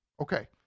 Okay